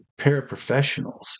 paraprofessionals